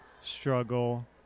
struggle